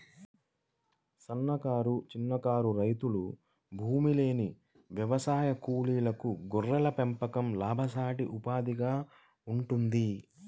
సన్నకారు, చిన్నకారు రైతులు, భూమిలేని వ్యవసాయ కూలీలకు గొర్రెల పెంపకం లాభసాటి ఉపాధిగా ఉంటుంది